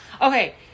Okay